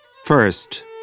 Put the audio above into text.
First